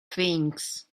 things